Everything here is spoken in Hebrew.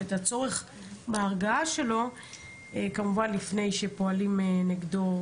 ואת הצורך בהרגעה שלו כמובן לפני שפועלים נגדו